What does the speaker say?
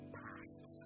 past